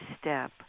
step